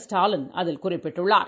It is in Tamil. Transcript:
ஸ்டாலின் அதில் குறிப்பிட்டுள்ளார்